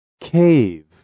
Cave